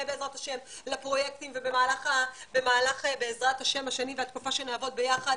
בעזרת ה' לפרויקטים ובמהלך בעזרת ה' השנים והתקופה שנעבוד ביחד,